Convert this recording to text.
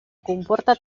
comporta